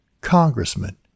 congressman